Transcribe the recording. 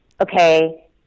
okay